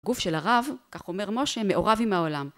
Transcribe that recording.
גוף של הרב, כך אומר משה, מעורב עם העולם.